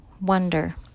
Wonder